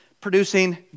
producing